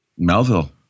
Melville